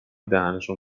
دهنشون